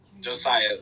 Josiah